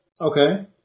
Okay